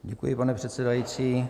Děkuji, pane předsedající.